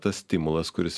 tas stimulas kuris